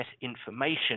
information